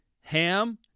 ham